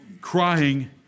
crying